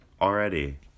already